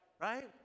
Right